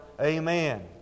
Amen